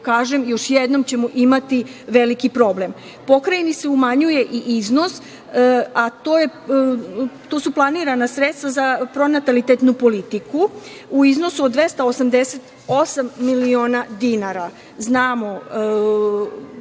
kažem, još jednom ćemo imati veliki problem. Pokrajini se umanjuje i iznos, a to su planirana sredstva za pronatalitetnu politiku u iznosu od 288 miliona dinara. Znamo